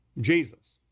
Jesus